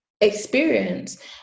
experience